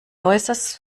äußerst